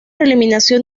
eliminación